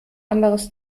anders